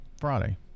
Friday